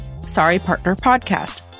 sorrypartnerpodcast